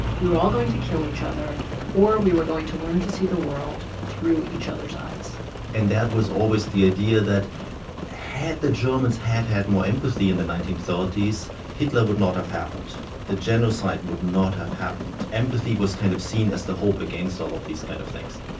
we were all going to kill each other or we were going to learn to see the world through each other's eyes and that was always the idea that had the germans had had more empathy in the nineteen thirty s, hitler would not have happened. the genocide would not have happened. empathy was kind of seen as the hope against all of these kind of things